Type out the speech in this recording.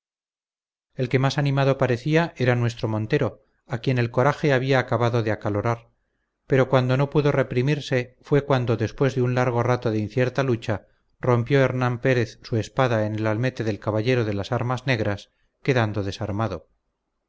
el que más animado parecía era nuestro montero a quien el coraje había acabado de acalorar pero cuando no pudo reprimirse fue cuando después de un largo rato de incierta lucha rompió hernán pérez su espada en el almete del caballero de las armas negras quedando desarmado